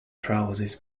trousers